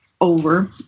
over